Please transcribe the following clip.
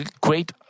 great